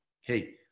Hey